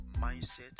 mindset